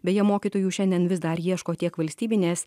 beje mokytojų šiandien vis dar ieško tiek valstybinės